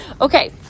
Okay